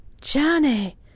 Johnny